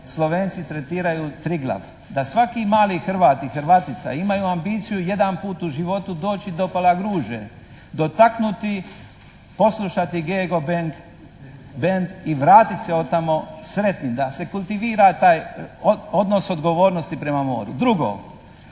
Slovenci tretiraju Triglav, da svaki mali Hrvat i Hrvatica imaju ambiciju jedanput u životu doći do Palagruže, dotaknuti, poslušati Gego bend i vratiti se od tamo sretni, da se kultivira taj odnos odgovornosti prema moru. Drugo,